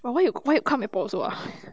but why you why you come airport also ah